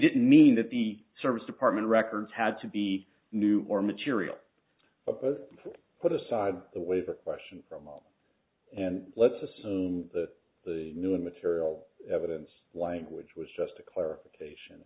didn't mean that the service department records had to be new or material put aside the way the question from all and let's assume that the new material evidence language was just a clarification